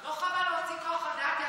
לא חבל להוציא כוח על דעת יחיד?